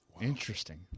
Interesting